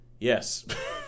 Yes